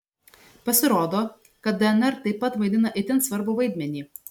pasirodo kad dnr taip pat vaidina itin svarbų vaidmenį